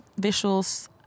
visuals